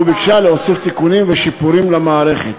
וביקשה להוסיף תיקונים ושיפורים למערכת.